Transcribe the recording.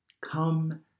Come